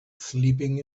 sleeping